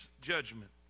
judgment